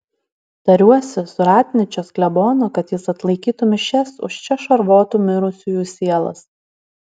tariuosi su ratnyčios klebonu kad jis atlaikytų mišias už čia šarvotų mirusiųjų sielas